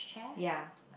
ya